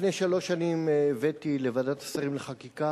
לפני שלוש שנים הבאתי לוועדת השרים לחקיקה